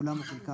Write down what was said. כולם או חלקם,